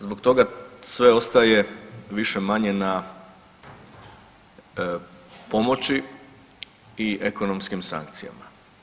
Zbog toga sve ostaje više-manje na pomoći i ekonomskim sankcijama.